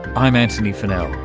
i'm antony funnell.